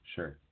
Sure